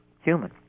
human